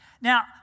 Now